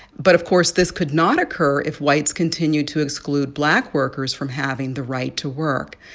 but, of course, this could not occur if whites continued to exclude black workers from having the right to work.